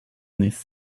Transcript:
this